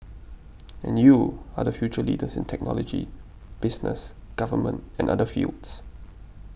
and you are the future leaders in technology business Government and other fields